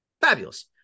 Fabulous